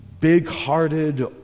big-hearted